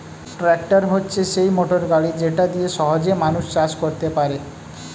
tractor হচ্ছে সেই motor গাড়ি যেটা দিয়ে সহজে মানুষ চাষ করতে পারে